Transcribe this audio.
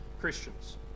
Christians